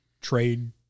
trade